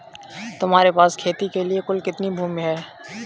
तुम्हारे पास खेती के लिए कुल कितनी भूमि है?